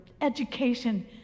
education